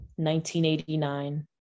1989